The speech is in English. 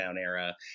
era